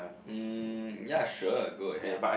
um ya sure go ahead